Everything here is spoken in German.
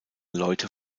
leute